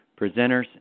presenters